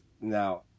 Now